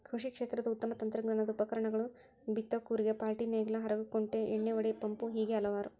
ಕೃಷಿ ಕ್ಷೇತ್ರದ ಉತ್ತಮ ತಂತ್ರಜ್ಞಾನದ ಉಪಕರಣಗಳು ಬೇತ್ತು ಕೂರಿಗೆ ಪಾಲ್ಟಿನೇಗ್ಲಾ ಹರಗು ಕುಂಟಿ ಎಣ್ಣಿಹೊಡಿ ಪಂಪು ಹೇಗೆ ಹಲವಾರು